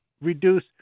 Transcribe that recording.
reduce